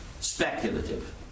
speculative